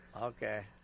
Okay